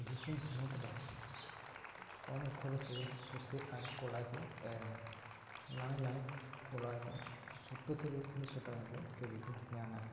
ᱵᱤᱨᱵᱷᱩᱢ ᱦᱚᱱᱚᱛ ᱨᱮ ᱠᱚᱢ ᱠᱷᱚᱨᱚᱪ ᱨᱮ ᱥᱚᱨᱥᱮ ᱟᱨ ᱠᱚᱞᱟᱭ ᱠᱚ ᱮᱨᱟ ᱱᱟᱭ ᱱᱟᱭ ᱠᱚᱞᱟᱭ ᱦᱚᱸ ᱥᱳᱛᱛᱚᱨ ᱛᱷᱮᱠᱮ ᱢᱤᱫ ᱥᱳ ᱴᱟᱠᱟ ᱠᱟᱛᱮᱫ ᱠᱮᱡᱤ ᱠᱚ ᱧᱟᱢᱟ